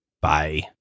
Bye